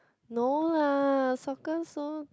no lah socken song